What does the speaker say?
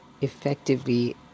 effectively